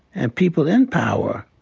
and people in power.